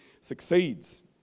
succeeds